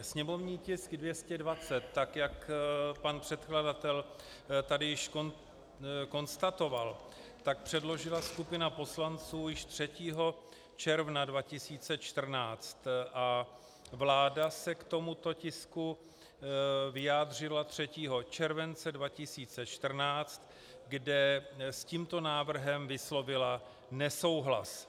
Sněmovní tisk 220, tak jak pan předkladatel tady již konstatoval, předložila skupina poslanců již 3. června 2014 a vláda se k tomuto tisku vyjádřila 3. července 2014, kde s tímto návrhem vyslovila nesouhlas.